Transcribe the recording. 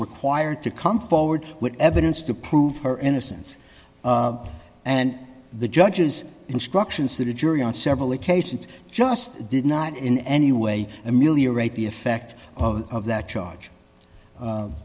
required to come forward with evidence to prove her innocence and the judge's instructions to the jury on several occasions just did not in any way ameliorate the effect of that charge